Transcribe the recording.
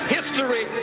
History